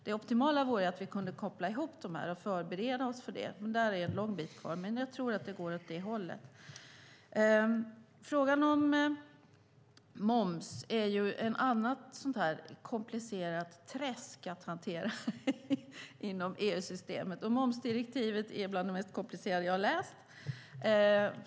Det optimala vore att vi kunde koppla ihop dem och förbereda oss för det. Dit är det långt kvar, men jag tror att det går åt det hållet. Frågan om moms är ett annat komplicerat träsk inom EU-systemet. Momsdirektivet är något av det mest komplicerade jag har läst.